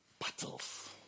battles